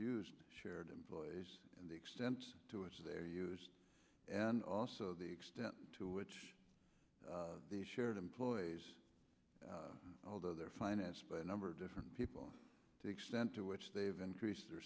used shared employees in the extent to which their use and also the extent to which they shared employees although their finances by a number of different people to extent to which they've increased their